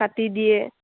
কাটি দিয়ে